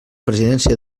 presidència